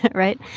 but right?